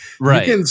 right